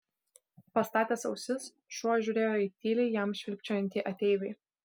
pastatęs ausis šuo žiūrėjo į tyliai jam švilpčiojantį ateivį